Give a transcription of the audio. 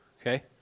okay